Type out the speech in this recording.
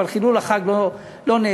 אבל חילול החג לא נעצר.